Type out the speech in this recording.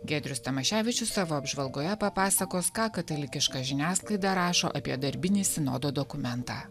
giedrius tamaševičius savo apžvalgoje papasakos ką katalikiška žiniasklaida rašo apie darbinį sinodo dokumentą